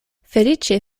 feliĉe